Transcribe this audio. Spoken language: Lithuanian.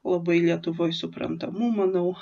labai lietuvoj suprantamų manau